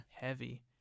Heavy